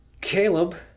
Caleb